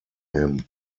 him